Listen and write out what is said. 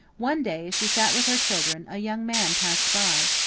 one day as she sat with her children, a young man passed by.